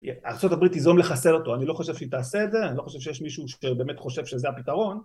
ארה״ב תיזום לחסל אותו, אני לא חושב שהיא תעשה את זה, אני לא חושב שיש מישהו שבאמת חושב שזה הפתרון.